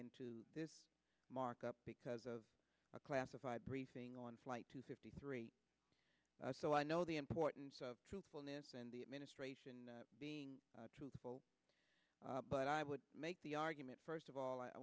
into this markup because of a classified briefing on flight two fifty three so i know the importance of truthfulness and the administration being truthful but i would make the argument first of all i